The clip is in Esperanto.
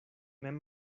mem